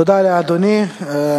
תודה לאדוני.